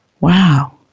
Wow